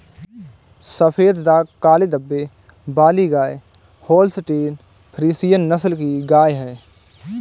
सफेद दाग काले धब्बे वाली गाय होल्सटीन फ्रिसियन नस्ल की गाय हैं